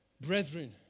brethren